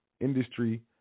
industry